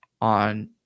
on